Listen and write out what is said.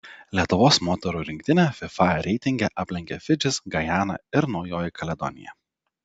lietuvos moterų rinktinę fifa reitinge aplenkė fidžis gajana ir naujoji kaledonija